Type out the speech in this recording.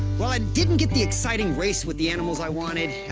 well, i didn't get the exciting race with the animals i wanted,